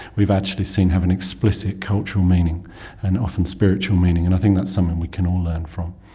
we've actually seen have an explicit cultural meaning and often spiritual meaning, and i think that's something we can all learn from.